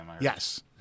Yes